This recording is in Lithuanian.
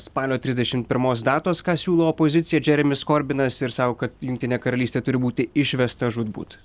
spalio trisdešimt pirmos datos ką siūlo opozicija džeremis korbinas ir sako kad jungtinė karalystė turi būti išvesta žūtbūt